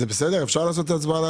זה בסדר, אפשר לעשות הצבעה?